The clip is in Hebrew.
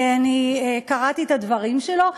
קראתי את הדברים שלו,